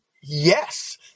yes